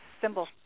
symbol